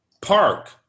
Park